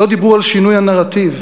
לא דיברו על שינוי הנרטיב,